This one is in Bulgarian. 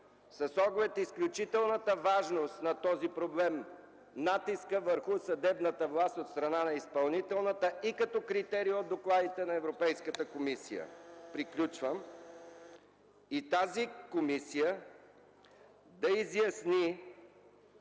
с оглед изключителната важност на този проблем – натискът върху съдебната власт от страна на изпълнителната и като критерии от докладите на Европейската комисия. (Председателят дава